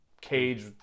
Cage